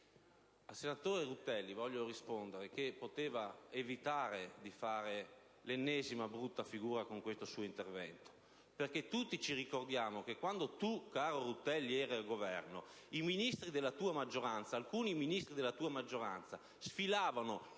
Al senatore Rutelli voglio rispondere che avrebbe potuto evitare di fare l'ennesima brutta figura con questo suo intervento, perché tutti ce lo ricordiamo: quando tu, caro Rutelli, eri al Governo, alcuni Ministri della tua maggioranza sfilavano con i *no global* nelle piazze